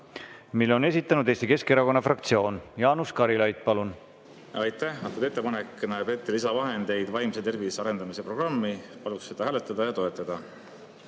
Selle on esitanud Eesti Keskerakonna fraktsioon. Jaanus Karilaid, palun! Aitäh! Antud ettepanek näeb ette lisavahendeid vaimse tervise arendamise programmi jaoks. Paluks seda hääletada ja toetada.